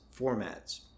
formats